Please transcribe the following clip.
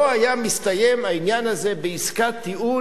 לא היה מסתיים העניין הזה בעסקת טיעון